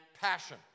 passion